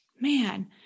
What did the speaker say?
man